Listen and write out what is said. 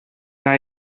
wna